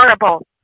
horrible